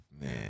Man